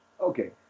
okay